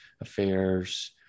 affairs